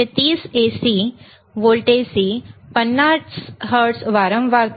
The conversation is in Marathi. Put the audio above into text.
230 व्होल्ट AC 50 हर्ट्झ वारंवारता